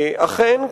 אכן,